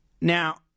Now